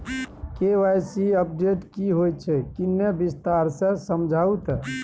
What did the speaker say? KYC update की होय छै किन्ने विस्तार से समझाऊ ते?